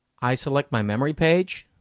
i select my memory page.